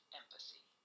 empathy